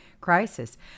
crisis